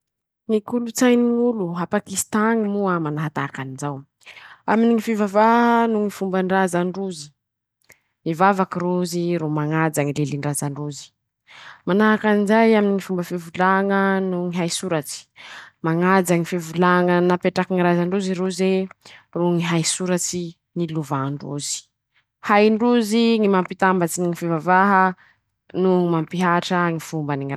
Ñy kolotsainy ñ'olo a pakistan añy moa manahatahaky anizao: -Aminy ñy fivavaha noho ñy fomban-drazan-drozy ,mivavaky rozy ro mañaja ñy lilin-drazan-drozy ;manahaky anizay aminy ñy fomba fivolaña noho ñy hay soratsy ,mañaja ñy fivolaña napetrakiny ñy razan-drozy roze ro ñy hay soratsy nilovan-drozy ,hain-drozy ñy mampitambatsy ñy fivavaha noho ñy mampihatra ñy fombany ñy razan-drozy.